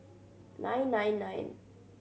nine nine nine